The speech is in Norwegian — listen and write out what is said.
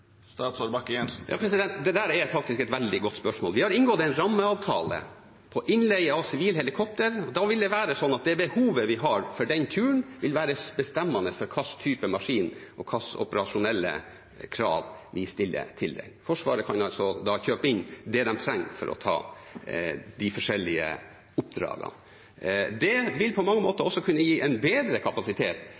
Det er faktisk et veldig godt spørsmål. Vi har inngått en rammeavtale om innleie av sivile helikopter. Da vil det være sånn at det behovet vi har for den turen, vil være bestemmende for hvilken type maskin og hvilke operasjonelle krav vi stiller til den. Forsvaret kan kjøpe inn det de trenger for å ta de forskjellige oppdragene. Det vil på mange måter også kunne gi en bedre kapasitet